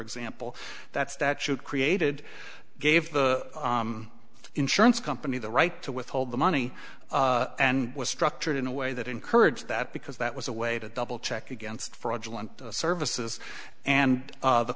example that statute created gave the insurance company the right to withhold the money and was structured in a way that encourage that because that was a way to double check against fraudulent services and